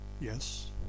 Yes